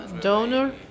donor